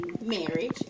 marriage